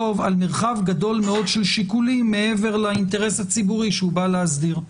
על מרחב גדול מאוד של שיקולים מעבר לאינטרס הציבורי שהוא בא להסדיר.